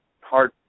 hard